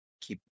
keep